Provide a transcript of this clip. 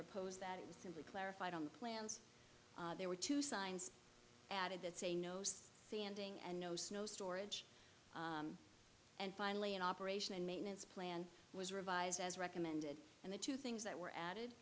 proposed that it was simply clarified on the plans there were two signs added that say no sanding and no snow storage and finally an operation and maintenance plan was revised as recommended and the two things that were added